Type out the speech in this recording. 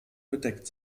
bedeckt